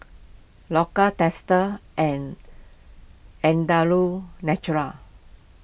Loacker Dester and Andalou Naturals